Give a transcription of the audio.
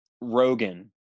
Rogan